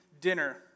dinner